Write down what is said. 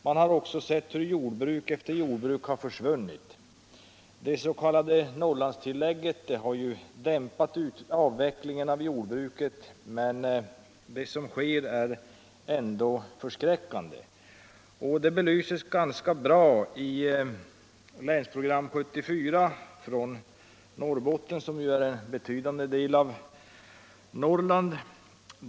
Vi har också sett hur jordbruk efter jordbruk har försvunnit. Det s.k. Norrlandstillägget har visserligen dämpat avvecklingen av jordbruket, men det som sker är ändå förskräckande. Detta belyses ganska bra i Länsplanering 1974 från Norrbotten, som ju är en betydande del av Norrland.